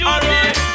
Alright